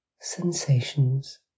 sensations